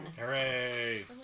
Hooray